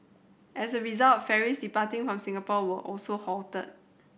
as a result ferries departing from Singapore were also halted